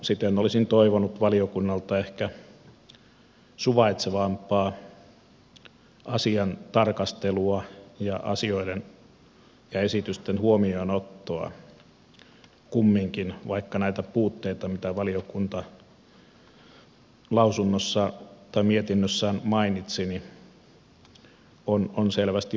siten olisin toivonut valiokunnalta ehkä suvaitsevampaa asian tarkastelua ja asioiden ja esitysten huomioonottoa kumminkin vaikka näitä puutteita mitä valiokunta mietinnössään mainitsi on selvästi olemassa